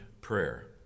prayer